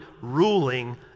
ruling